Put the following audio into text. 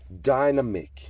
dynamic